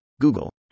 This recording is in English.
Google